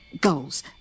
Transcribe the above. goals